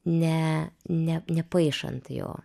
ne ne nepaišant jo